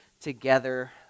together